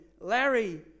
Larry